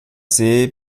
see